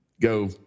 go